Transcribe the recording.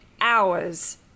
hours